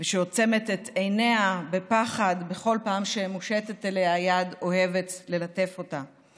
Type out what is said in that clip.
והיא עוצמת את עיניה בפחד בכל פעם שמושטת אליה יד אוהבת ללטף אותה,